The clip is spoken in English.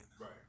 Right